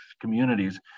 communities